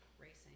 racing